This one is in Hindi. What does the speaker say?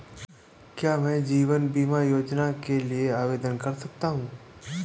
क्या मैं जीवन बीमा योजना के लिए आवेदन कर सकता हूँ?